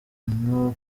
nko